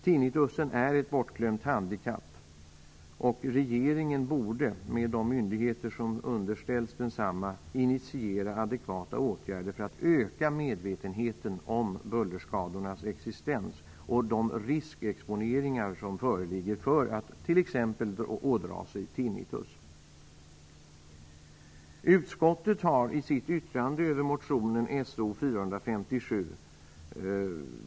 Tinnitus är ett bortglömt handikapp. Regeringen borde, tillsammans med de myndigheter som underställs densamma, initiera adekvata åtgärder för att öka medvetenheten om bullerskadornas existens och de riskexponeringar för att t.ex. ådra sig tinnitus som föreligger.